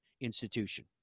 institution